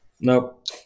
Nope